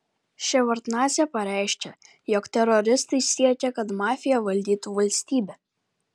ševardnadzė pareiškė jog teroristai siekia kad mafija valdytų valstybę